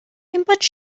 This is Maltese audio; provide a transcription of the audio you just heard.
imbagħad